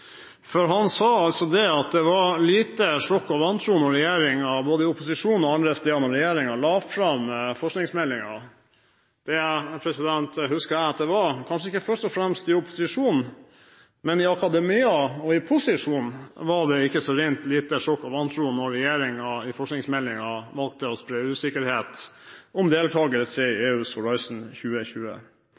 for han sa at det var lite sjokk og vantro, både i opposisjon og andre steder, da regjeringen la fram forskningsmeldingen. Det husker jeg at det var – kanskje ikke først og fremst i opposisjonen, men i akademia, og i posisjonen var det ikke så rent lite sjokk og vantro da regjeringen i forskingsmeldingen valgte å spre usikkerhet om deltakelse i EUs Horizon 2020.